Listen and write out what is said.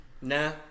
nah